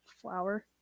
Flower